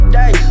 day